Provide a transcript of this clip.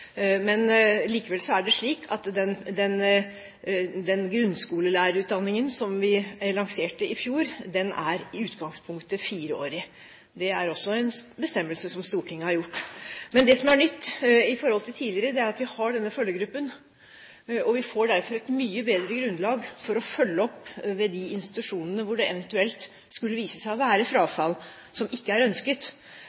Likevel er det slik at den grunnskolelærerutdanningen som vi lanserte i fjor, i utgangspunktet er fireårig. Det er også en bestemmelse som Stortinget har gjort. Det som er nytt i forhold til tidligere, er at vi har denne følgegruppen. Vi får derfor et mye bedre grunnlag for å følge opp ved de institusjonene hvor det eventuelt skulle vise seg å være